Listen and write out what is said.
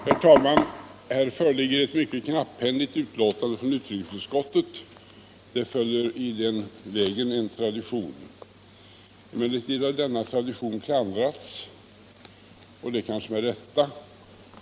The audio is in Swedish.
Herr talman! Här föreligger ett mycket knapphändigt betänkande från utrikesutskottet. Det följer i den vägen en tradition. Emellertid har denna tradition klandrats, och det kanske med rätta.